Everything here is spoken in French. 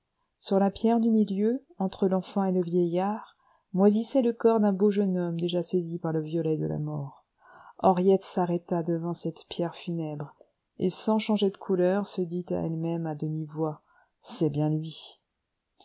sur la pierre du milieu entre l'enfant et le vieillard moisissait le corps d'un beau jeune homme déjà saisi par le violet de la mort henriette s'arrêta devant cette pierre funèbre et sans changer de couleur se dit à elle-même à demi voix c'est bien lui